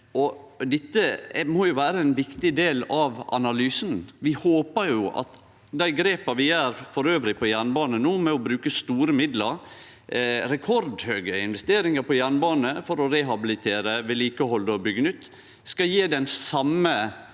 Dette må vere ein viktig del av analysen. Vi håpar jo at dei grepa vi elles tek på jernbane no, med å bruke store midlar – rekordhøge investeringar – på jernbane for å rehabilitere, vedlikehalde og byggje nytt, skal gje den same